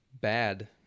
bad